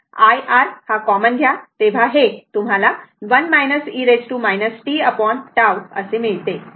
तर I R common घ्या तेव्हा 1 e t tτ आहे